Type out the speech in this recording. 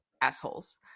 assholes